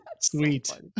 Sweet